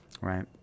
right